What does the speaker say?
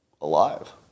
alive